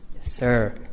sir